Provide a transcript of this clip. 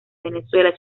venezuela